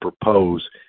propose